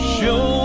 show